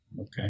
Okay